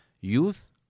youth